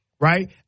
right